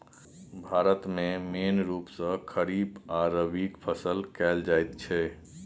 भारत मे मेन रुप मे खरीफ आ रबीक फसल कएल जाइत छै